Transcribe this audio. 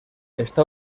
está